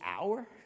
hour